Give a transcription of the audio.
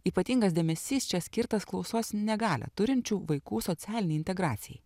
ypatingas dėmesys čia skirtas klausos negalią turinčių vaikų socialinei integracijai